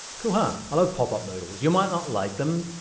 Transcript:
cool, huh? i love pop-up modals, you might not like them.